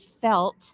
felt